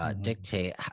Dictate